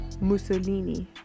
mussolini